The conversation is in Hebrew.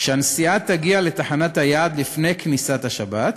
שהנסיעה תגיע לתחנת היעד לפני כניסת השבת,